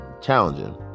challenging